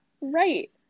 right